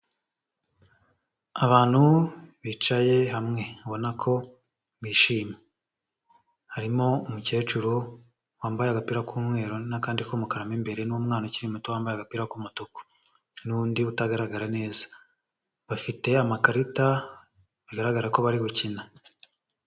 Abantu bicaye hamwe, ubona ko bishimye, harimo umukecuru wambaye agapira k'umweru n'akandi k'umukara mo imbere n'umwana ukiri muto wambaye agapira k'umutuku n'undi utagaragara neza, bafite amakarita, bigaragara ko bari gukina.